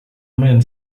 man